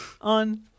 on